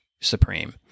Supreme